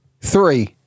Three